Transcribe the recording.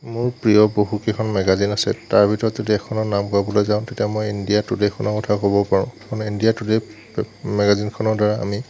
মোৰ প্ৰিয় বহু কেইখন মেগাজিন আছে তাৰ ভিতৰত যদি এখনৰ নাম ক'বলৈ যাওঁ তেতিয়া মই ইণ্ডিয়া টুডেখনৰ কথা ক'ব পাৰোঁ মানে ইণ্ডিয়া টুডে মেগাজিনখনৰ দ্বাৰা আমি